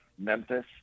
Memphis